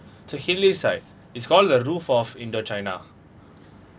it's a hilly site is called a roof of indochina